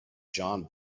john